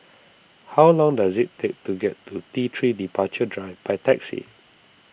how long does it take to get to T three Departure Drive by taxi